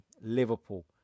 Liverpool